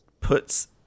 puts